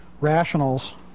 rationals